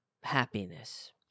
happiness